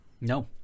no